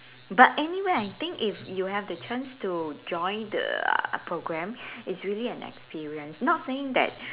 but anyway I think if you have the chance to join the program it's really an experience not saying that